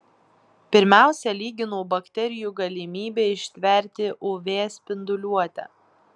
pirmiausia lyginau bakterijų galimybę ištverti uv spinduliuotę